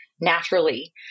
naturally